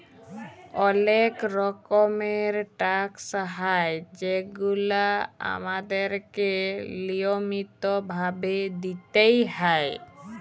অলেক রকমের ট্যাকস হ্যয় যেগুলা আমাদেরকে লিয়মিত ভাবে দিতেই হ্যয়